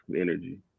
energy